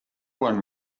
one